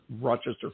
Rochester